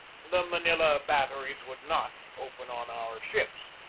the manila batteries would not open on our ships.